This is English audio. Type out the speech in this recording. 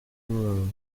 grow